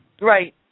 right